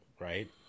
right